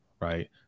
right